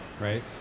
right